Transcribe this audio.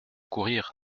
courir